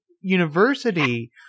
University